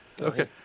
okay